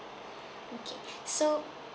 okay so